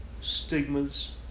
stigmas